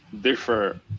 differ